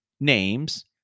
Names